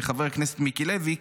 חבר הכנסת מיקי לוי,